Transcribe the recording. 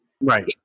Right